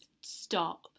Stop